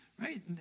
right